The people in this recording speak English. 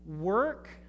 work